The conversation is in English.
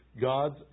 God's